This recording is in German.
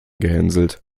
gehänselt